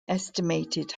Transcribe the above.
estimated